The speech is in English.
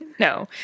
No